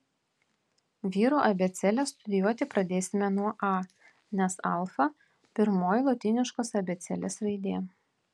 vyrų abėcėlę studijuoti pradėsime nuo a nes alfa pirmoji lotyniškos abėcėlės raidė